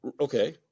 Okay